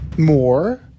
More